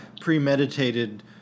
premeditated